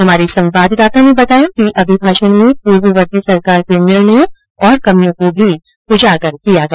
हमारे संवाददाता ने बताया है कि अभिभाषण में पूर्ववर्ती सरकार के निर्णयों और कमियों को भी उजागर किया गया